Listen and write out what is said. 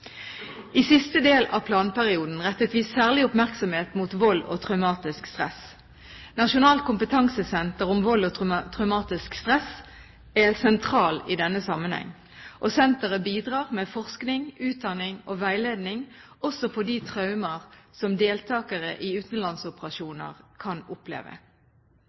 I siste del av planperioden rettet vi særlig oppmerksomhet mot vold og traumatisk stress. Nasjonalt kunnskapssenter om vold og traumatisk stress er sentralt i denne sammenheng. Senteret bidrar med forskning, utdanning og veiledning også for de traumer som deltakere i utenlandsoperasjoner kan oppleve.